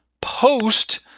post